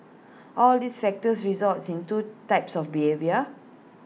all these factors results in two types of behaviour